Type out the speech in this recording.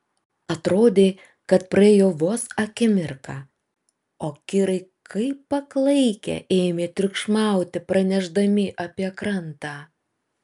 atrodė kad praėjo vos akimirka o kirai kaip paklaikę ėmė triukšmauti pranešdami apie krantą